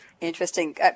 Interesting